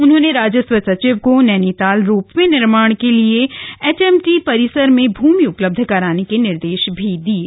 उन्होंने राजस्व सचिव को नैनीताल रोपवे निर्माण के लिए एचएमटी परिसर में भूमि उपलब्ध कराने के निर्देश भी दिये